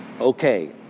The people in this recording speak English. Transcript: okay